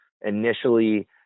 initially